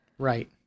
Right